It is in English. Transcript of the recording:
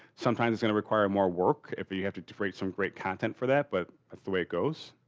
sometimes it's gonna require more work if you have to defrayed some great content for that, but that's the way it goes.